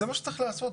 זה מה שצריך לעשות.